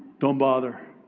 don't bother.